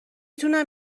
تونم